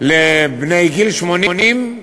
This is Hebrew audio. לבני גיל 80,